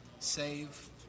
Save